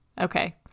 Okay